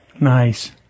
Nice